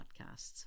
podcasts